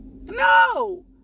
No